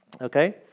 Okay